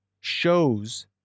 shows